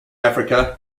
africa